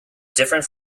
different